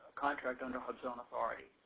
contract under hubzone authority.